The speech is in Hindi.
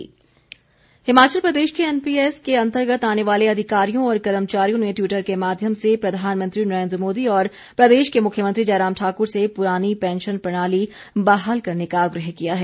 एनपीएस हिमाचल प्रदेश के एनपीएस के अंतर्गत आने वाले अधिकारियों और कर्मचारियों ने ट्विटर के माध्यम से प्रधानमंत्री नरेन्द्र मोदी और प्रदेश के मुख्यमंत्री जयराम ठाकुर से पुरानी पैंशन प्रणाली बहाल करने का आग्रह किया है